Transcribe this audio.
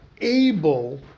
able